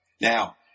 now